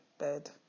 bed